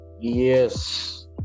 yes